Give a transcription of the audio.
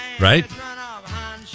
right